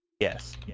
Yes